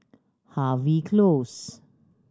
Harvey Close